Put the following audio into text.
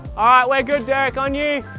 ah like good derik on you!